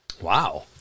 Wow